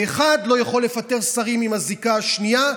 ואחד לא יכול לפטר שרים עם הזיקה השנייה,